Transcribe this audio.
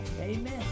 Amen